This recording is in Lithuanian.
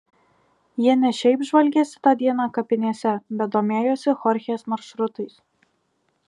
jie ne šiaip žvalgėsi tą dieną kapinėse bet domėjosi chorchės maršrutais